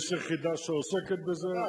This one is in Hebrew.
יש יחידה שעוסקת בזה.